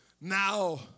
now